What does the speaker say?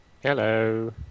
Hello